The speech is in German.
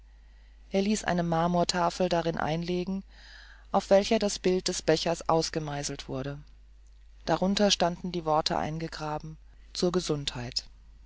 er ließ eine marmortafel darin einlegen auf welcher das bild des bechers ausgemeißelt wurde darunter standen die worte eingegraben zur gesundheit